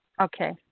Okay